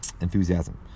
enthusiasm